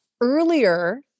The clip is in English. earlier